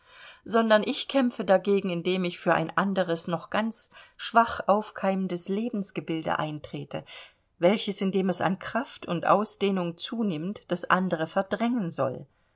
sondern ich kämpfe dagegen indem ich für ein anderes noch ganz schwach aufkeimendes lebensgebilde eintrete welches indem es an kraft und ausdehnung zunimmt das andere verdrängen soll